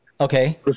Okay